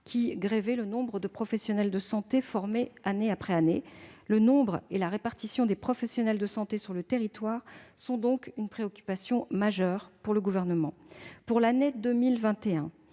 qui grevait le nombre de professionnels de santé formés année après année. La question du nombre et de la répartition des professionnels de santé sur le territoire est donc une préoccupation majeure du Gouvernement. Pour l'année 2021,